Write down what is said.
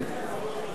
לא נכון.